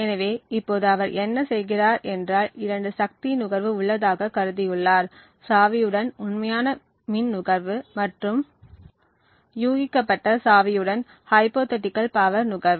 எனவே இப்போது அவர் என்ன செய்கிறார் என்றால் இரண்டு சக்தி நுகர்வு உள்ளதாக கருத்தியுள்ளார் சாவியுடன் உண்மையான மின் நுகர்வு மற்றும் யூகிக்கப்பட்ட சாவியுடன் ஹைப்போதீட்டிகள் பவர் நுகர்வு